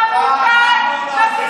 למה אתה מפלה?